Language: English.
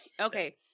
Okay